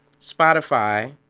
Spotify